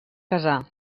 casar